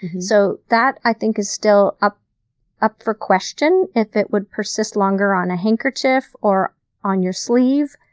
so that, i think, is still up up for question, if it would persist longer on a handkerchief or on your sleeve.